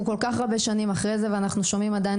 אנחנו כל-כך הרבה שנים אחרי זה ואנחנו שומעים עדיין